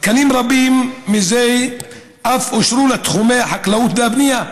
ותקנים רבים מזה אף אושרו לתחומי החקלאות והבנייה,